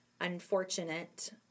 unfortunate